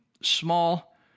small